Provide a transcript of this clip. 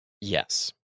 Yes